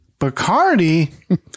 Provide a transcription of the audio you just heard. Bacardi